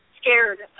scared